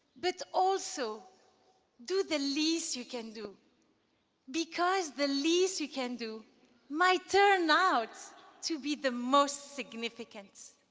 but also do the least you can do because the least you can do might turn out to be the most significant.